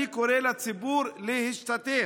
אני קורא לציבור להשתתף.